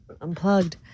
unplugged